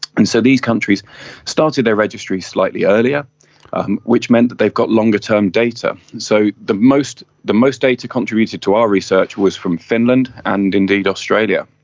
and so these countries started their registry slightly earlier which meant that they've got longer-term data. so the most the most data contributed to our research was from finland and indeed australia.